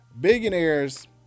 billionaires